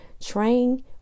train